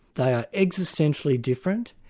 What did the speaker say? they are existentially different,